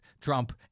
Trump